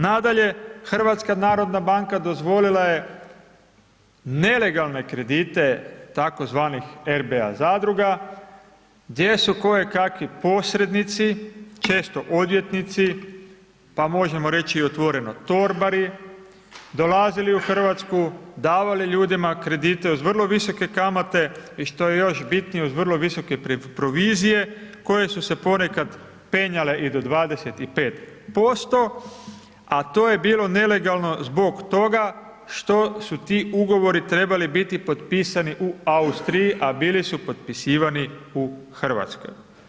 Nadalje HNB dozvolila je nelegalne kredite, tzv. RBA zadruga, gdje su kojekakvi posrednici, često odvjetnici, pa možemo reći i otvoreno torbari, dolazili u Hrvatsku, davali ljudima kredite uz vrlo visoke kamate i što je još bitnije uz vrlo visoke provizije, koje su se ponekad penjale i do 25% a to je bilo nelegalno zbog toga što su ti ugovori trebali biti potpisani u Austriji, a bili su potpisivani u Hrvatskoj.